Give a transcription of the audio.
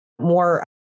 more